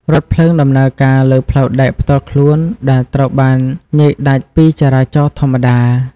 រថភ្លើងដំណើរការលើ ផ្លូវដែកផ្ទាល់ខ្លួន ដែលត្រូវបានញែកដាច់ពីចរាចរណ៍ធម្មតា។